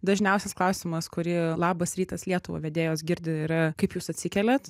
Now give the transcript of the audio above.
dažniausias klausimas kurį labas rytas lietuva vedėjos girdi yra kaip jūs atsikeliat